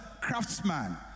craftsman